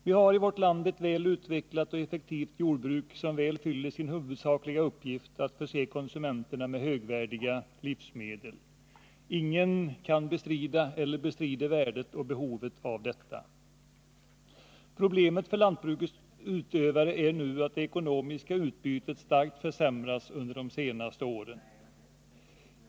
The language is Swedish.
Vi har i vårt land ett väl utvecklat och effektivt jordbruk som väl fyller sin huvudsakliga uppgift, att förse konsumenterna med högvärdiga livsmedel. Ingen kan bestrida eller bestrider värdet och behovet av detta. Problemet för lantbrukets utövare är nu att det ekonomiska utbytet starkt försämrats under de senaste åren.